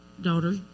daughter